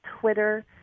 Twitter